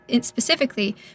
specifically